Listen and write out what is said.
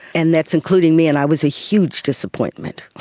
and that's including me, and i was a huge disappointment. ah